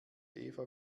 eva